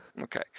okay